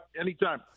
Anytime